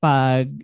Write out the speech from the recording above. Pag